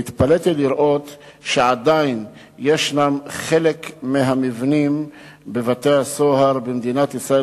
התפלאתי לראות שחלק מהמבנים בבתי-הסוהר במדינת ישראל,